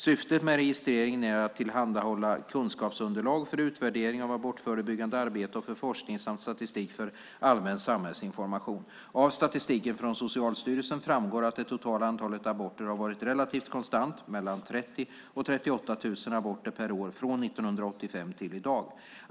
Syftet med registreringen är att tillhandahålla kunskapsunderlag för utvärdering av abortförebyggande arbete och för forskning samt statistik för allmän samhällsinformation. Av statistiken från Socialstyrelsen framgår att det totala antalet aborter har varit relativt konstant, mellan 30 000 och 38 000 aborter per år, från 1985 till i dag.